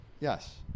Yes